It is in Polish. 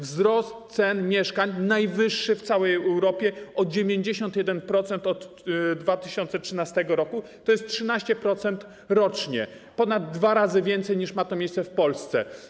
Wzrost cen mieszkań najwyższy w całej Europie - o 91% od 2013 r., tj. 13% rocznie, ponad dwa razy więcej, niż ma to miejsce w Polsce.